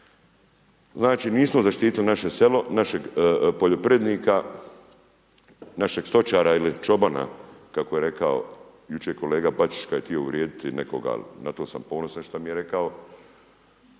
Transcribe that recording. Znači nismo zaštitili naše selo, našeg poljoprivrednika, našeg stočara ili čobana kako je rekao kolega Bačić kad je htio uvrijediti nekoga, ali na to sam ponosan šta mi je rekao